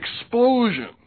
explosion